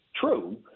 true